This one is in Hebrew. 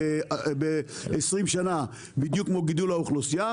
ב-20 שנה בדיוק כמו גידול האוכלוסייה,